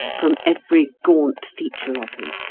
from every gaunt feature of him.